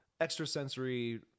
extrasensory